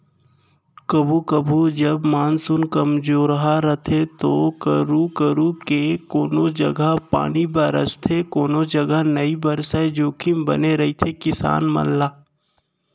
कभू कभू जब मानसून कमजोरहा रथे तो करू करू के कोनों जघा पानी बरसथे कोनो जघा नइ बरसय जोखिम बने रहिथे किसान मन ला